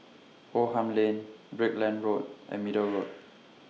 Oldham Lane Brickland Road and Middle Road